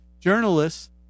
journalists